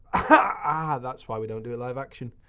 aah! that's why we don't do it live action.